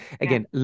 again